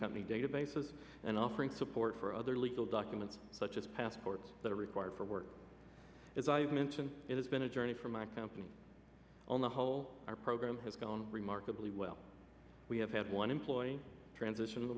company databases and offering support for other legal documents such as passports that are required for work as i've mentioned it has been a journey for my company on the whole our program has gone remarkably well we have had one employee transition in the